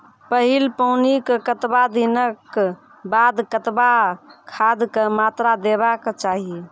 पहिल पानिक कतबा दिनऽक बाद कतबा खादक मात्रा देबाक चाही?